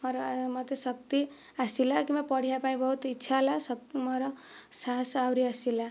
ମୋର ମୋତେ ଶକ୍ତି ଆସିଲା କିମ୍ବା ପଢ଼ିବା ପାଇଁ ବହୁତ ଇଚ୍ଛା ହେଲା ମୋର ସାହସ ଆହୁରି ଆସିଲା